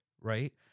right